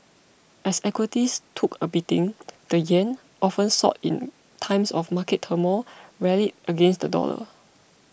as equities took a beating the yen often sought in times of market turmoil rallied against the dollar